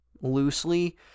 loosely